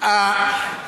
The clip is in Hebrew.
אבו עמאר.